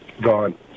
gone